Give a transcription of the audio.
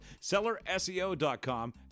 sellerseo.com